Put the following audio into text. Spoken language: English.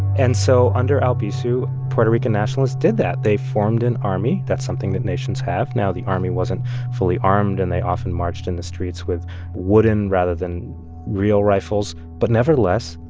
and so under albizu, puerto rican nationalists did that. they formed an army. that's something that nations have. now, the army wasn't fully armed, and they often marched in the streets with wooden rather than real rifles, but nevertheless,